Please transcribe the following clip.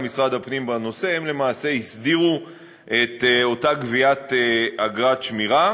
משרד הפנים בנושא למעשה הסדירו את אותה גביית אגרת שמירה,